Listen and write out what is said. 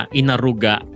inaruga